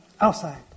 outside